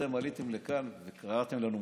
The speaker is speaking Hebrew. אתם עליתם לכאן וקראתם לנו מושחתים.